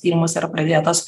tyrimas yra pradėtas